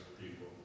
people